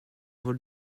vol